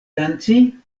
danci